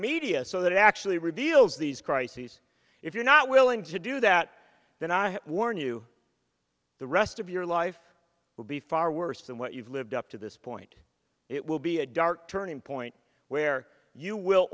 media so that it actually reveals these crises if you're not willing to do that then i warn you the rest of your life will be far worse than what you've lived up to this point it will be a dark turning point where you will